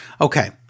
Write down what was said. Okay